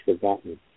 forgotten